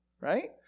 right